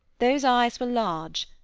those eyes were large,